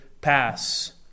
pass